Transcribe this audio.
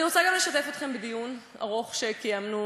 ואני רוצה לשתף אתכם בדיון ארוך שקיימנו